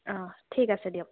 অ ঠিক আছে দিয়ক